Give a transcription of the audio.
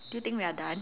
do you think we are done